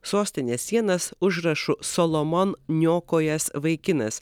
sostinės sienas užrašu solomon niokojęs vaikinas